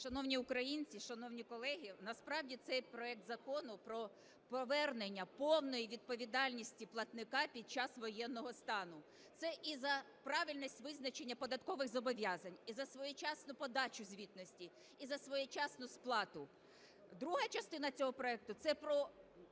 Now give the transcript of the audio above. Шановні українці, шановні колеги! Насправді цей проект закону про повернення повної відповідальності платника під час воєнного стану, це і за правильність визначення податкових зобов'язань і за своєчасну подачу звітності, і за своєчасну сплату. Друга частина цього проекту – це про